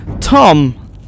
Tom